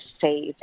save